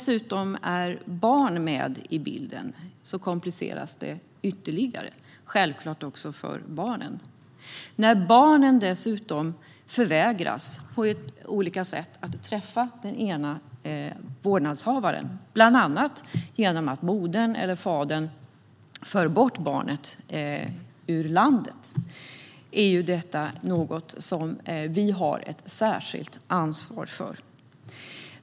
När det finns barn med i bilden kompliceras det hela ytterligare, och självklart även för barnen. När barnen dessutom på olika sätt förvägras att träffa den ena vårdnadshavaren, kanske för att modern eller fadern för bort barnen ur landet, har vi ett särskilt ansvar.